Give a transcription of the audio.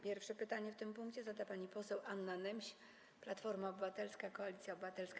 Pierwsze pytanie w tym punkcie zada pani poseł Anna Nemś, Platforma Obywatelska - Koalicja Obywatelska.